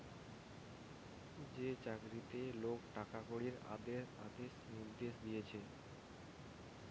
যে চাকরিতে লোক টাকা কড়ির আদেশ নির্দেশ দিতেছে